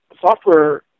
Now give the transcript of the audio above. software